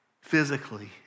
physically